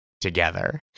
together